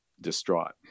distraught